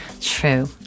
True